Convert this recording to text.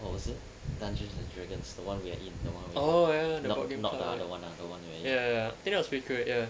what was it dungeons and dragons the one we were in the one were in not the other [one] ah the one we were in